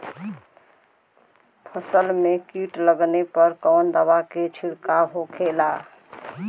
फसल में कीट लगने पर कौन दवा के छिड़काव होखेला?